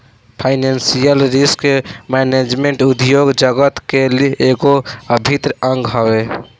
financial risk management उद्योग जगत के एगो अभिन्न अंग हवे